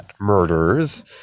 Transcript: murders